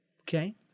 Okay